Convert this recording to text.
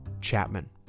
Chapman